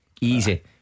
Easy